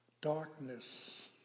darkness